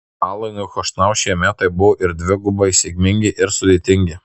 alanui chošnau šie metai buvo ir dvigubai sėkmingi ir sudėtingi